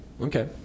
Okay